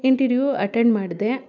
ಇಂಟಿರೀವ್ attend ಮಾಡದೆ